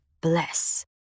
bless